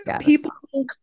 people